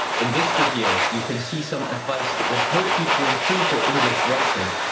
in this video, you can see some advice that will help you to improve your english writing,